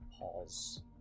pause